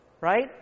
Right